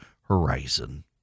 horizon